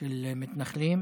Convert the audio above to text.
של מתנחלים,